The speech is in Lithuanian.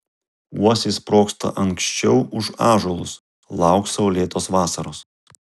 uosiai sprogsta anksčiau už ąžuolus lauk saulėtos vasaros